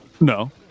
No